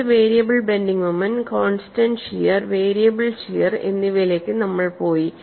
എന്നിട്ട് variable bending moment constant shear variable shear എന്നിവയിലേക്ക് നമ്മൾ പോയി